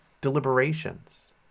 deliberations